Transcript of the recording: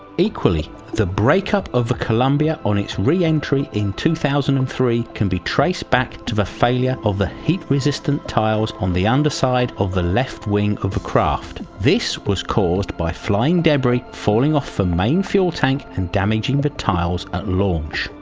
equally the breakup of the columbia on its reentry in two thousand and three can be traced back to the failure of the heat resistant tiles on the underside of the left wing of a craft. this was caused by flying debris falling off the ah main fuel tank and damaging the tiles at launch.